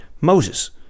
Moses